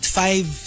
five